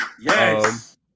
Yes